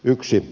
yksi